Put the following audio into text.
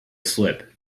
slip